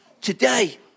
Today